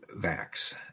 vax